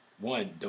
One